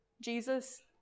Jesus